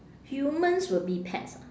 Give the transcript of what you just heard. humans will be pets ah